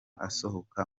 asohoka